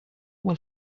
will